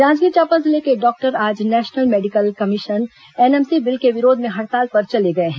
जांजगीर चांपा जिले के डॉक्टर आज national medical commission NMC bill के विरोध में हड़ताल पर चले गए हैं